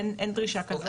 אין דרישה כזו.